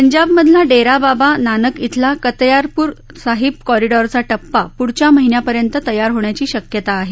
पंजाब मधला डेरा बाबा नानक इथला करतारप्र साहिब कॉरिडॉरचा टप्पा प्ढल्या महिन्यापर्यंत तयार होण्याची शक्यता आहे